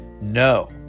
No